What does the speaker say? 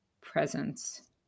presence